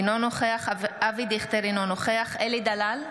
אינו נוכח אבי דיכטר, אינו נוכח אלי דלל,